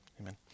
Amen